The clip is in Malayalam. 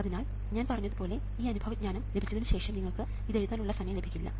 അതിനാൽ ഞാൻ പറഞ്ഞതുപോലെ ചില അനുഭവജ്ഞാനം ലഭിച്ചതിന് ശേഷം നിങ്ങൾക്ക് ഇത് എഴുതാനുള്ള സമയം ലഭിക്കില്ല